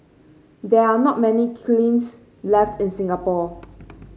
there are not many kilns left in Singapore